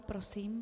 Prosím.